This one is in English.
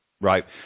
Right